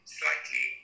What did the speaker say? slightly